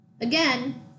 Again